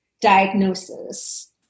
diagnosis